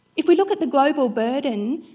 if we look at the global burden,